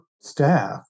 staff